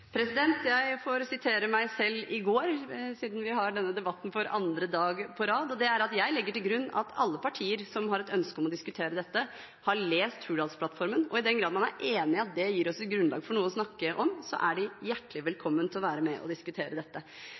Jeg får sitere meg selv fra i går, siden vi har denne debatten for andre dag på rad, og det er at jeg legger til grunn at alle partier som har et ønske om å diskutere dette, har lest Hurdalsplattformen. Og i den grad man er enig i at det gir oss et grunnlag for noe å snakke om, så er de hjertelig velkommen til å være med og diskutere dette.